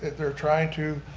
they're trying to